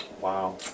Wow